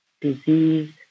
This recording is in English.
disease